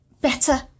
better